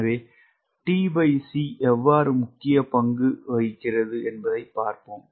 எனவே tc எவ்வாறு முக்கிய பங்கு வகிக்கிறது என்பதைப் பார்ப்போம்